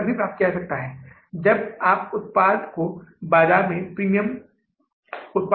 तो उधार लेने की कोई आवश्यकता नहीं है हम इसका उपयोग ऋण के शेष राशि का भुगतान करने के लिए कर सकते हैं